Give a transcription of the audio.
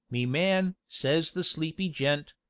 me man says the sleepy gent,